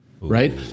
right